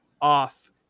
off